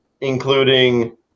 including